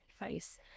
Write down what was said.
advice